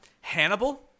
Hannibal